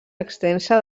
extensa